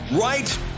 right